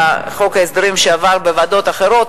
בחוק ההסדרים שעבר בוועדות אחרות,